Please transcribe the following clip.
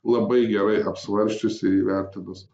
labai gerai apsvarsčius ir įvertinus